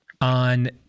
on